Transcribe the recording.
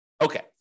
Okay